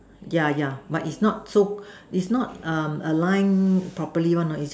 yeah yeah but is not so is not um align properly one you know is just